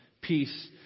peace